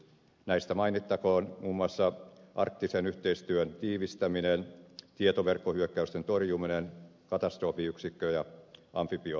näistä mainittakoon muun muassa arktisen yhteistyön tiivistäminen tietoverkkohyökkäysten torjuminen katastrofiyksikkö ja amfibioyksikkö